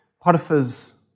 Potiphar's